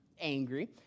angry